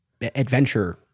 adventure